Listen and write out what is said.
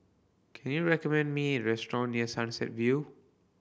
can you recommend me restaurant near Sunset View